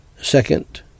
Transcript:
Second